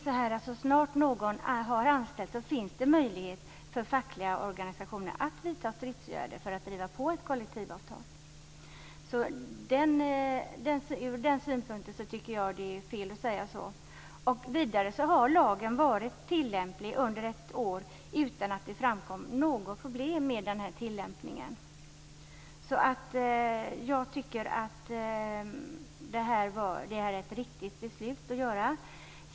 Så snart någon har anställts finns det möjlighet för fackliga organisationer att vidta stridsåtgärder för att driva på för ett kollektivavtal, så ur den synpunkten tycker jag att det är fel att säga så som Hans Andersson gör. Vidare har lagen varit tillämplig under ett år utan att det framkommit något problem med tillämpningen, så jag tycker att det här är ett riktigt beslut att fatta.